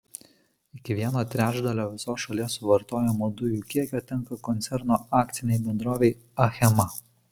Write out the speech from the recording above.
iki vieno trečdalio viso šalies suvartojamų dujų kiekio tenka koncerno akcinei bendrovei achema